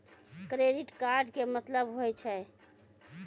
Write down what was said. Credit card के मतलब होय छै?